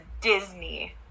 Disney